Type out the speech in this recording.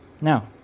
Now